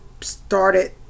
started